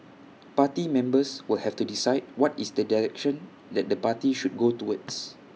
party members will have to decide what is the direction that the party should go towards